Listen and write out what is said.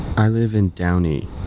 i live in downey